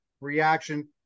reaction